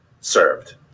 served